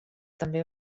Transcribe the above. també